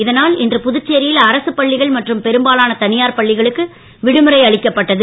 இதனால் இன்று புதுச்சேரியில் அரசு பள்ளிகள் மற்றும் பெரும்பாலான தனியார் பன்ளிகளுக்கு விடுமுறை அளிக்கப்பட்டது